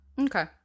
Okay